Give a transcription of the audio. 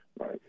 right